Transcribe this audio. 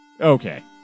Okay